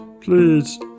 Please